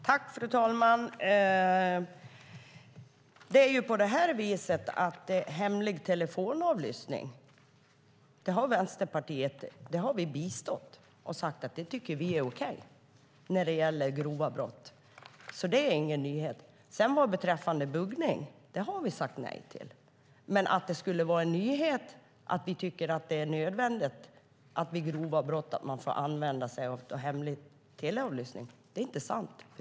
Fru talman! Det är på det viset att Vänsterpartiet har bistått hemlig telefonavlyssning. Vi har sagt att vi tycker att det är okej när det gäller grova brott. Det är alltså ingen nyhet. Buggning har vi sagt nej till, men att det skulle vara en nyhet att vi tycker att det är nödvändigt att man vid grova brott får använda sig av hemlig teleavlyssning är inte sant.